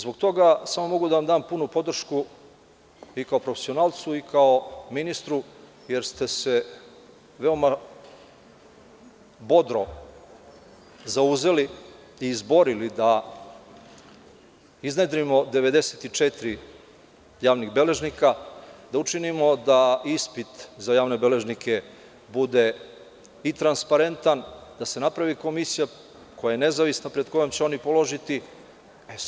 Zbog toga mogu da vam dam punu podršku kao profesionalcu i kao ministru jer ste se veoma bodro zauzeli i izborili da iznedrimo 94 javnih beležnika da učinimo da ispit za javne beležnike bude i transparentan da se napravi komisija koja je nezavisna pred kojom će položiti,